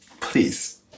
please